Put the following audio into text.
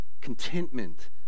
Contentment